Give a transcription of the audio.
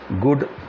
good